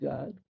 God